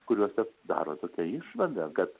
kuriuose daro tokią išvadą kad